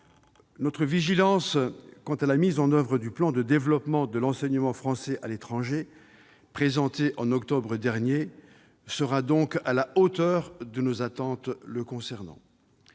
Notre vigilance quant à la mise en oeuvre du plan de développement de l'enseignement français à l'étranger, présenté en octobre dernier, sera donc à la hauteur de nos attentes le concernant.